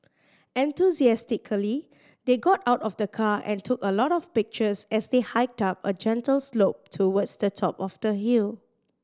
enthusiastically they got out of the car and took a lot of pictures as they hiked up a gentle slope towards the top of the hill